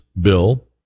bill